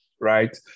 right